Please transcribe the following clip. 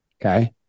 Okay